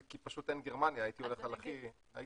כי לא רשום גרמניה, הייתי הולך על הכי קיצוני.